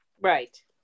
Right